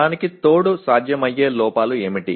దానికి తోడు సాధ్యమయ్యే లోపాలు ఏమిటి